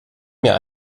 mir